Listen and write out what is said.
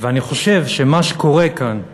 אני חושב שמה שקורה כאן,